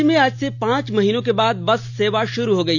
राज्य में आज से पांच महीनों के बाद बस सेवा शुरू हो गई